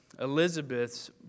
Elizabeth's